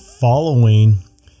following